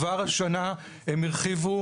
כבר השנה הם הרחיבו